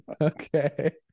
okay